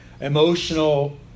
emotional